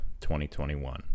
2021